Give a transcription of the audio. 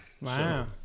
wow